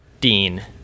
Dean